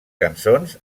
cançons